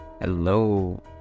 hello